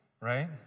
right